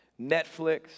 Netflix